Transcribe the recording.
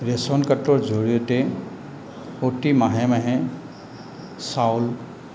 ration কাৰ্ডৰ জৰিয়তে প্ৰতি মাহে মাহে চাউল